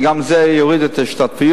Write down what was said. וגם זה יוריד את ההשתתפויות,